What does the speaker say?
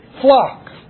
flock